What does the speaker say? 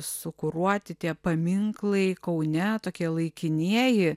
sukuruoti tie paminklai kaune tokie laikinieji